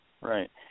right